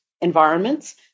environments